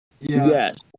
Yes